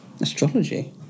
Astrology